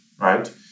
right